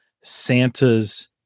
Santa's